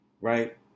right